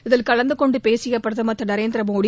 இதில் கலந்துகொண்டு பேசிய பிரதமர் திரு நரேந்திர மோடி